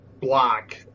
block